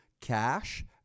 cash